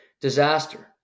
disaster